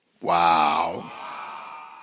Wow